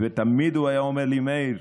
תמיד הוא היה אומר לי: מאיר,